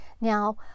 Now